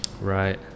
right